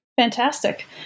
Fantastic